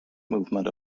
movement